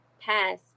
pass